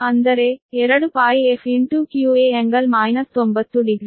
ಅಂದರೆ 2πfqa∟ 90 degree